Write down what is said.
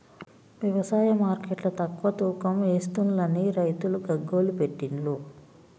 వ్యవసాయ మార్కెట్ల తక్కువ తూకం ఎస్తుంలని రైతులు గగ్గోలు పెట్టిన్లు